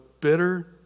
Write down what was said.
bitter